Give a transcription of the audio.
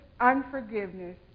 unforgiveness